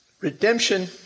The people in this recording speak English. redemption